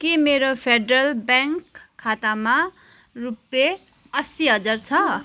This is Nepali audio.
के मेरो फेडरल ब्याङ्क खातामा रुपियाँ अस्सी हजार छ